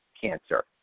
cancer